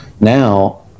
Now